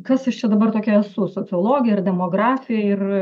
kas aš čia dabar tokia esu sociologė ar demografė ir